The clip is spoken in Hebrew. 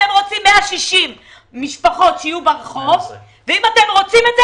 אתם רוצים 160 משפחות שיהיו ברחוב ואם אתם רוצים את זה,